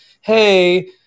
hey